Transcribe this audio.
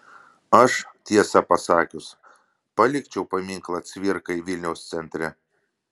aš tiesą pasakius palikčiau paminklą cvirkai vilniaus centre